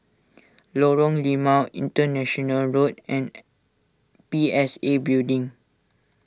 Lorong Limau International Road and P S A Building